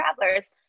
Travelers